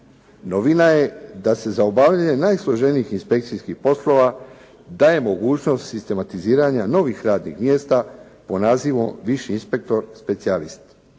Novina je da se za obavljanje najsloženijih inspekcijskih poslova daje mogućnost sistematiziranja novih radnih mjesta pod nazivom viši inspektor specijalist.